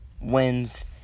wins